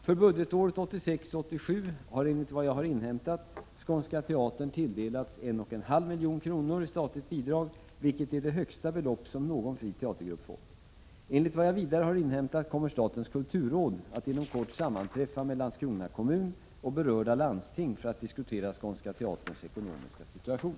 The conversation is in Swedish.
För budgetåret 1986/87 har enligt vad jag har inhämtat Skånska teatern tilldelats 1,5 milj.kr. i statligt bidrag, vilket är det högsta belopp som någon fri teatergrupp fått. Enligt vad jag vidare har inhämtat kommer statens kulturråd inom kort att sammanträffa med Landskrona kommun och berörda landsting för att diskutera Skånska teaterns ekonomiska situation.